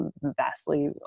vastly